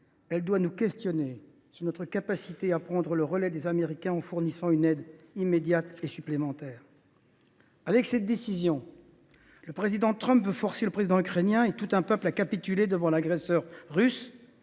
Elle doit nous interroger sur notre capacité à prendre le relais des Américains en fournissant une aide immédiate et supplémentaire. Par cette décision, le président Trump veut forcer le président ukrainien et tout un peuple à capituler devant l’agresseur russe.